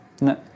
No